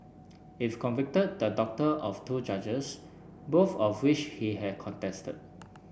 if convicted the doctor of two charges both of which he had contested